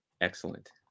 excellent